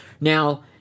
Now